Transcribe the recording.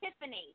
Tiffany